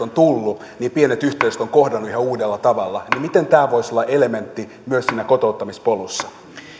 ovat tulleet niin pienet yhteisöt ovat kohdanneet ihan uudella tavalla miten tämä voisi olla elementti myös siinä kotouttamispolussa